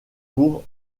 pour